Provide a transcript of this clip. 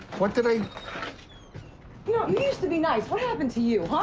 what did i yeah you used to be nice. what happened to you?